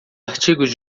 artigos